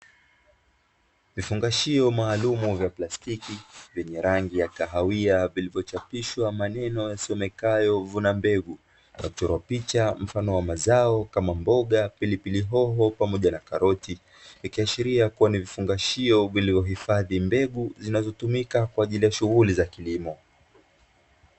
Vifungashio maalumu vya plastiki vyenye rangi ya kahawia vilivyochapishwa maneno yasomekayo "vuna mbegu" ikachorwa picha mfano wa mazao kama mboga, pilipili, hoho pamoja na karoti, likaashiria kuwa ni vifungashio vilivyohifadhi mbegu zinazotumika kwa ajili ya shughuli za kilimo.